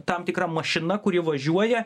tam tikra mašina kuri važiuoja